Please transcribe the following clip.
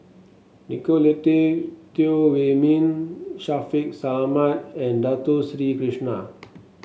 Nicolette Teo Wei Min Shaffiq Selamat and Dato Sri Krishna